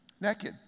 Naked